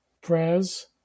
prayers